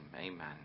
amen